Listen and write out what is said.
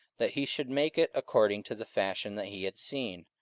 that he should make it according to the fashion that he had seen.